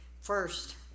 First